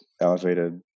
elevated